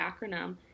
acronym